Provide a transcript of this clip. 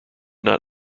not